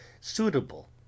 suitable